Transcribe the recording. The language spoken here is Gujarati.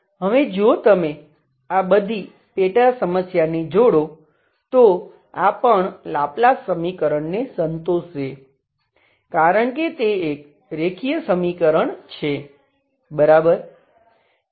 હવે જો તમે આ બધી પેટા સમસ્યાને જોડો તો આ પણ લાપ્લાસ સમીકરણને સંતોષશે કારણ કે તે એક રેખીય સમીકરણ છે બરાબર